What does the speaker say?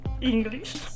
English